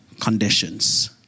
conditions